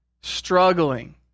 Struggling